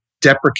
deprecate